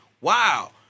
Wow